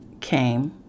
came